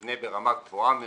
מבנה ברמה גבוהה מאוד.